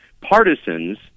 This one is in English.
partisans